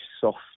soft